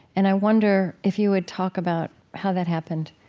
and i wonder if you would talk about how that happened